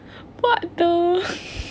what the